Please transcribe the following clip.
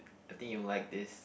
I think you like this